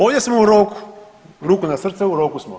Ovdje smo u roku, ruku na srce u roku smo.